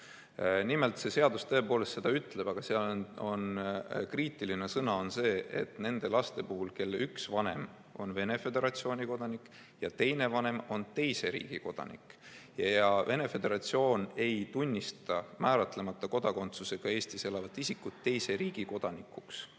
Nimelt, see seadus tõepoolest seda ütleb, aga seal on kriitilise tähendusega see, et jutt on lastest, kelle üks vanem on Venemaa Föderatsiooni kodanik ja teine vanem on teise riigi kodanik. Venemaa Föderatsioon ei tunnista määratlemata kodakondsusega Eestis elavat isikut teise riigi kodanikuks,